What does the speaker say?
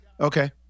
Okay